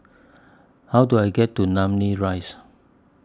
How Do I get to Namly Rise